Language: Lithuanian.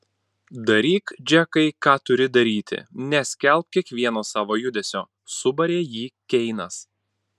daryk džekai ką turi daryti neskelbk kiekvieno savo judesio subarė jį keinas